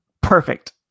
Perfect